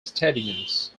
stadiums